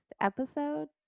episode